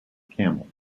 camel